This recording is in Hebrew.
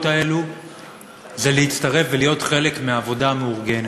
האלו היא להצטרף ולהיות חלק מהעבודה המאורגנת.